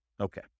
Okay